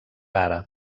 àrab